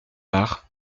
par